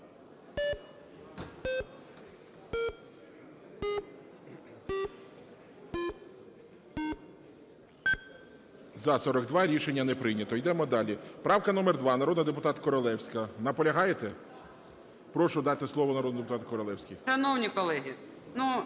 За-42 Рішення не прийнято. Йдемо далі. Правка номер 2 народного депутата Королевської. Наполягаєте? Прошу дати слово народному депутату Королевській.